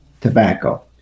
tobacco